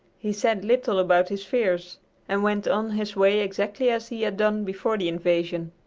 he said little about his fears and went on his way exactly as he had done before the invasion.